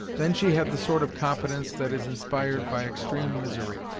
then she had the sort of confidence that is inspired by extreme misery.